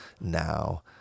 now